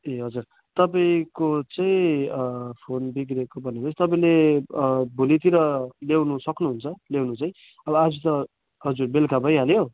ए हजुर तपाईँको चाहिँ फोन बिग्रेको भनेपछि तपाईँले भोलितिर ल्याउनु सक्नुहुन्छ ल्याउनु चाहिँ अब आज त हजुर बेलुका भइहाल्यो